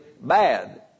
bad